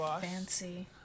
fancy